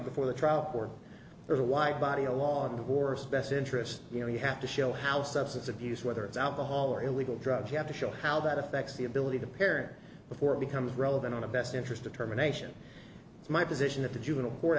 before the trial where there's a wide body a lot worse best interest you know you have to show how substance abuse whether it's alcohol or illegal drugs you have to show how that affects the ability to parent before it becomes relevant on the best interest of terminations my position that the juvenile court